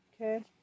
Okay